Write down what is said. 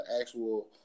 actual